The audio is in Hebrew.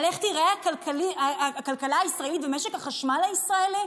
על איך תיראה הכלכלה הישראלית ומשק החשמל הישראלי?